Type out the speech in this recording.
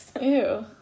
Ew